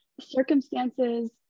circumstances